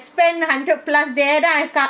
spend hundred plus there then I come